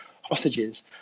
hostages